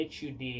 HUD